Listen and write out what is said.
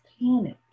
panic